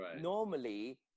normally